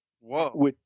Whoa